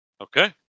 Okay